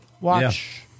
Watch